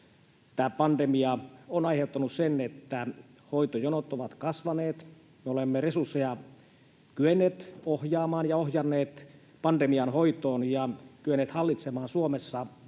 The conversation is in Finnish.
pandemia on aiheuttanut sen, että hoitojonot ovat kasvaneet. Me olemme resursseja kyenneet ohjaamaan ja ohjanneet pandemian hoitoon ja kyenneet hallitsemaan Suomessa